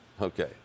Okay